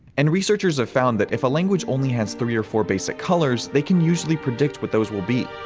and researchers have found that if a language only has three or four basic colors, they can usually predict what those will be.